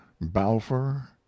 Balfour